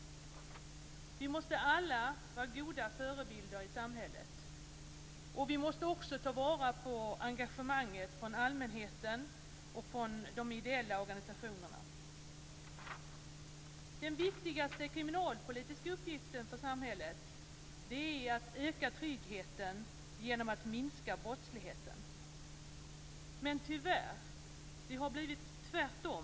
Vi måste alla vara goda förebilder i samhället. Vi måste också ta vara på engagemanget från allmänheten och från de ideella organisationerna. Den viktigaste kriminalpolitiska uppgiften för samhället är att öka tryggheten genom att minska brottsligheten. Men tyvärr har det blivit tvärtom!